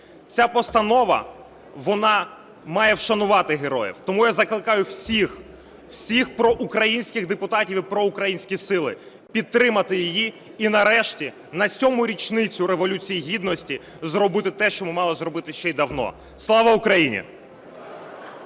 Ця постанова, вона має вшанувати героїв. Тому я закликаю всіх, всіх проукраїнських депутатів і проукраїнські сили підтримати її і нарешті на сьому річницю Революції Гідності зробити те, що ми мали зробити ще давно. Слава Україні!